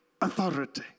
authority